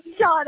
shot